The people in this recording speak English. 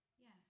Yes